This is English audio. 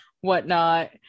whatnot